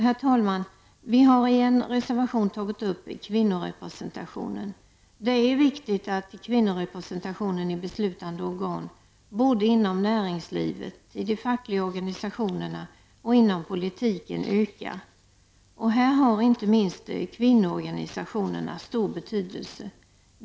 Herr talman! Vi har i en reservation tagit upp kvinnorepresentationen. Det är viktigt att kvinnorepresentationen i beslutande organ både inom näringslivet, i de fackliga organisationerna och inom politiken ökar. Här har inte minst kvinnoorganisationerna stor betydelse.